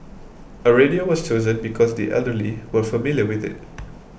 a radio was chosen because the elderly were familiar with it